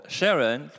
Sharon